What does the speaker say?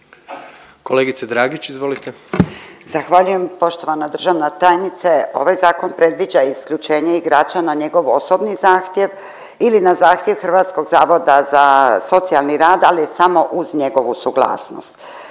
izvolite. **Dragić, Irena (SDP)** Zahvaljujem. Poštovana državna tajnice, ovaj zakon predviđa isključenje igrača na njegov osobni zahtjev ili na zahtjev Hrvatskog zavoda za socijalni rad, ali samo uz njegovu suglasnost.